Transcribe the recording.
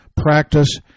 practice